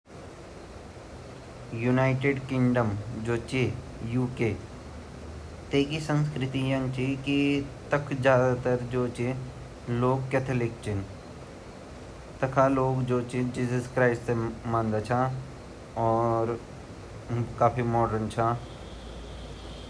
United Kingdom ब्वलदा England ते अर वख बताऊ क्या ची की ज़यादा तर राजा और रानी कु राज ची वख राष्ट्रपति नि चलन वख भोत सुन्दर ची अर सारा देशो मा उ सबसे बडु बनयु ची की सब देशो उ देखन।